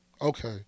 Okay